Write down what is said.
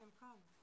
הם כאן.